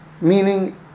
Meaning